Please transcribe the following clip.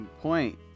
Point